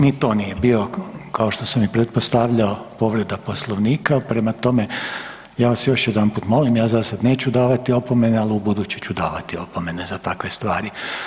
Ni to nije bio kao što sam i pretpostavljao povreda poslovnika, prema tome ja vas još jedanput molim ja za sad neću davati opomene, ali ubuduće ću davati opomene za takve stvari.